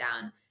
down